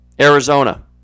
Arizona